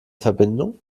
verbindung